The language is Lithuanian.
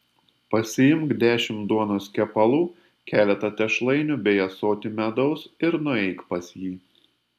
pasiimk dešimt duonos kepalų keletą tešlainių bei ąsotį medaus ir nueik pas jį